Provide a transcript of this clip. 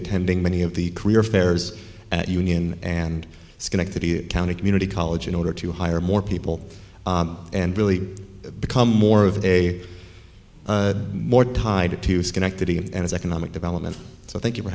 attending many of the career fairs at union and schenectady county community college in order to hire more people and really become more of a more tied to schenectady and economic development so thank you